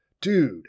Dude